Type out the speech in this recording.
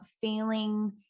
feeling